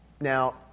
Now